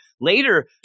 later